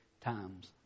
times